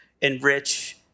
enrich